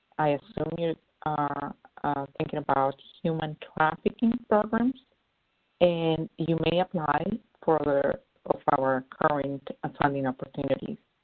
i assume you are thinking about human trafficking programs and you may apply for other of our current funding opportunities.